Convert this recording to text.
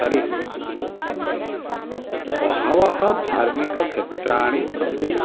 तर्हि बहवः धार्मिकक्षेत्राणि सन्ति